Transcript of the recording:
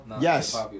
yes